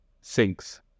sinks